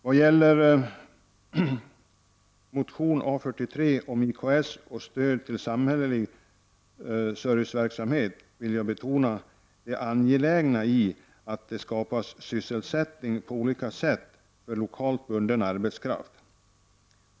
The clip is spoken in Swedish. Vad gäller motion A43 om IKS och stöd till samhällelig verksamhet vill jag betona det angelägna i att det skapas sysselsättning på olika sätt för lokalt bunden arbetskraft.